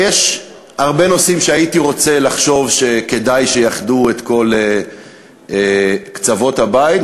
יש הרבה נושאים שהייתי רוצה לחשוב שכדאי שיאחדו את קצוות הבית,